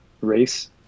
race